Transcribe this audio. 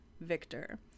Victor